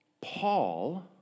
Paul